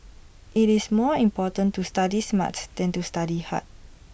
IT is more important to study smart than to study hard